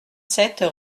sept